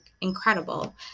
incredible